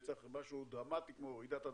צריך משהו דרמטי כמו רעידת אדמה,